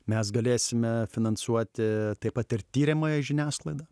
mes galėsime finansuoti taip pat ir tiriamąją žiniasklaidą